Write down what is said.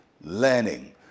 learning